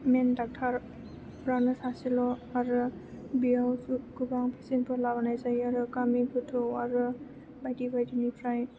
मैन डक्ट'रफोरानो सासेल' आरो बेयाव गोबां पेसेन्टफोर लाबोनाय जायो आरो गामि गोथौ आरो बायदि बायदिनिफ्राय